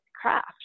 craft